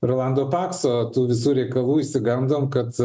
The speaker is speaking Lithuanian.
rolando pakso tų visų reikalų išsigandom kad